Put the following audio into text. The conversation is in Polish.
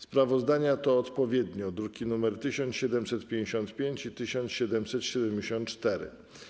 Sprawozdania to odpowiednio druki nr 1755 i 1774.